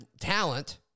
talent